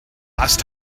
last